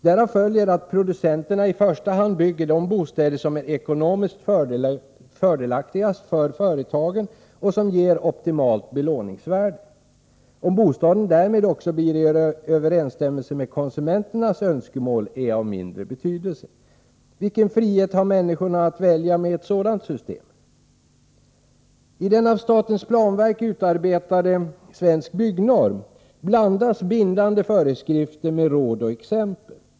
Därav följer att producenterna i första hand bygger de bostäder som är ekonomiskt fördelaktigast för företaget och som ger optimalt belåningsvärde. Om bostaden därmed också blir i överensstämmelse med konsumenternas önskemål är av mindre betydelse. Vilken frihet har människorna att välja med ett sådant system? I den av statens planverk utarbetade Svensk byggnorm blandas bindande föreskrifter med råd och exempel.